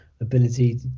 ability